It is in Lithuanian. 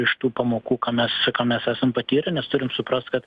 iš tų pamokų ką mes mes esam patyrę nes turim suprast kad